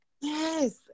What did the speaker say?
Yes